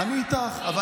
מי זה?